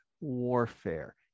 warfare